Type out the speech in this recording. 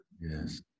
Yes